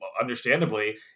understandably